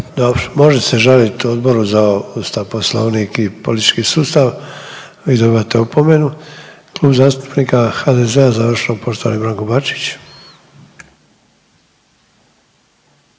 Dobro, može se žaliti Odboru za ustav, poslovnik i politički sustav, a vi dobivate opomenu. Klub zastupnika HDZ-a završno poštovani Branko Bačić.